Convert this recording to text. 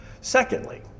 Secondly